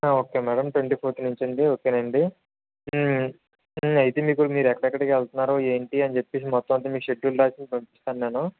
okay madam twenty fourth నుంచి అండి okay అండి అయితే మీకు మీరు ఎక్కడెక్కడికి ఏ వెళుతున్నారు ఏంటి అని చెప్పేసి మొత్తం అంతా షెడ్యూల్ వ్రాసి పంపిస్తాను నేను